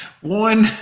one